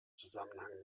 zusammenhang